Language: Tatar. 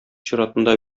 чиратында